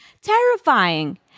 Terrifying